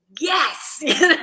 yes